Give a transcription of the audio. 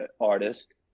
artist